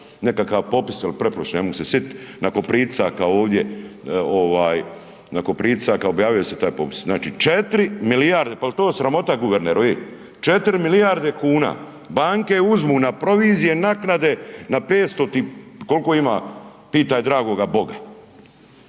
nekakav popis il pretprošle ne mogu se sitit nakon pritisaka ovdje ovaj nakon pritisaka objavio se taj popis, znači 4 milijarde, pa jel to sramota guverneru ej, 4 milijarde kuna banke uzmu na provizije, naknade, na 500-ti, kolko ima pitaj dragoga Boga